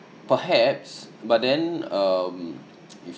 perhaps but then um